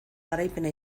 garaipena